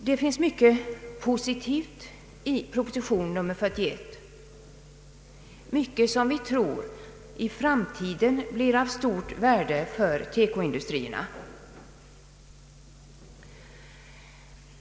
Det finns mycket positivt i proposition nr 41, mycket som vi tror blir av stort värde i framtiden för teko-industrierna.